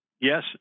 Yes